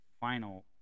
final